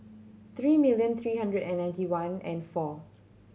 three million three hundred and ninety one and four